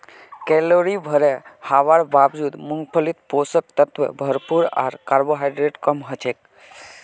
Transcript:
calorie भोरे हवार बावजूद मूंगफलीत पोषक तत्व भरपूर आर कार्बोहाइड्रेट कम हछेक